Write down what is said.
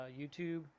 YouTube